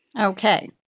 Okay